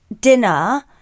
dinner